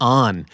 on